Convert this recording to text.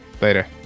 Later